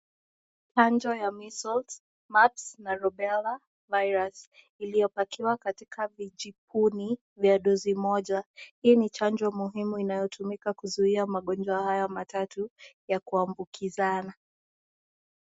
Chanjo ya Measles, Mumps na Rubella virus iliyopakiwa katika vijipuni vya dozi moja. Hii ni chanjo muhimu inayotumika kuzuia magonjwa haya matatu ya kuambukizana.